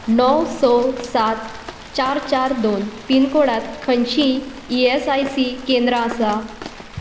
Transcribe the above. णव स सात चार चार दोन पिनकोडांत खंयचींय ई एस आय सी केंद्रां आसा